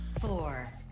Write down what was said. four